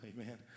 amen